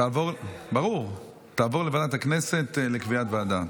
תעבור לוועדת הכנסת לקביעת ועדה.